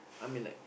I mean like